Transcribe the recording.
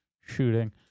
Shooting